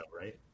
right